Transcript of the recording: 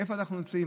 איפה אנחנו נמצאים?